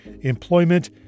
employment